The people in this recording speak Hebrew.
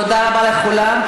תודה רבה לכולם.